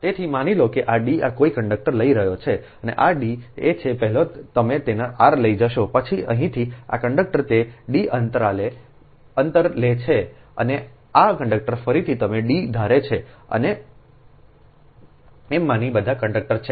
તેથી માની લો કે આ D ઓ કોઈ કન્ડક્ટર લઈ રહ્યો છે D એ છે પહેલા તમે તેનો r લઈ જશો પછી અહીંથી આ કંડક્ટરથી તે D અંતર લે છે અને આ કંડક્ટર ફરીથી તમે D ધારે છે એમ માનીને બધા કંડક્ટર છે